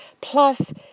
plus